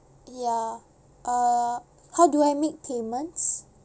ya uh how do I make payments